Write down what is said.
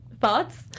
thoughts